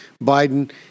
Biden